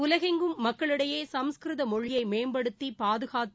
உலகெங்கும் மக்களிடையே சுமஸ்கிருத மொழியை மேம்படுத்தி பாதுகாத்து